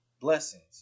blessings